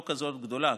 לא כזאת גדולה,